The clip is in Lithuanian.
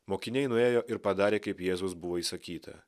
mokiniai nuėjo ir padarė kaip jėzaus buvo įsakyta